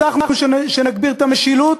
הבטחנו שנגביר את המשילות,